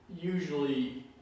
usually